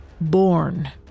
born